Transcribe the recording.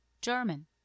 German